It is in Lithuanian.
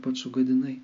pats sugadinai